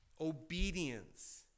Obedience